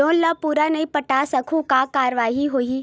Loan ला पूरा नई पटा सकहुं का कारवाही होही?